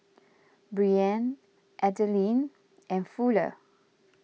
Breann Adilene and Fuller